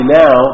now